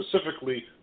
specifically